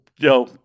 Yo